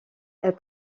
elle